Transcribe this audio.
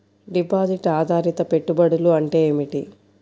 Deposit ఆధారిత పెట్టుబడులు అంటే ఏమిటి?